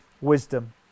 wisdom